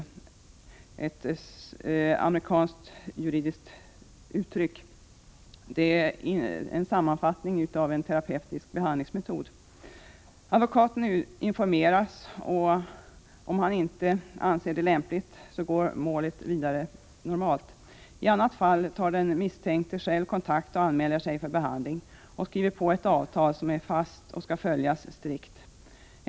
Detta är ett amerikanskt juridiskt uttryck som innebär en sammanfattning av en terapeutisk behandlingsmetod. Advokaten informeras, och om han inte anser detta alternativ lämpligt går målet normalt vidare. I annat fall tar den misstänkte själv kontakt, anmäler sig för behandling och skriver på ett avtal som är fast och skall följas strikt.